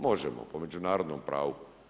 Možemo, po međunarodnom pravu.